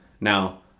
Now